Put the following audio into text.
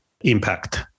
impact